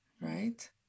right